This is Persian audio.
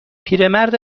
پیرمرد